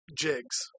jigs